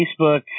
Facebook